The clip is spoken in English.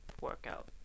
workout